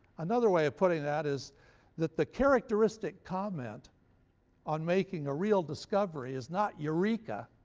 another way of putting that is that the characteristic comment on making a real discovery is not eureka,